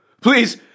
Please